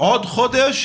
עוד חודש,